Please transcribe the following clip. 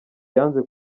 yanze